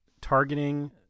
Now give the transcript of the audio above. targeting